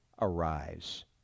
Arise